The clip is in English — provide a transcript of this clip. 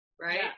right